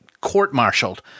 court-martialed